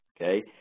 Okay